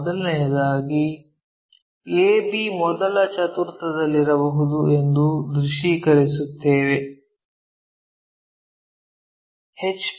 ಮೊದಲನೆಯದಾಗಿ AB ಮೊದಲ ಚತುರ್ಭುಜದಲ್ಲಿರಬಹುದು ಎಂದು ದೃಶ್ಯೀಕರಿಸುತ್ತೇವೆ ಎಚ್